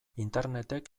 internetek